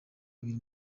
abiri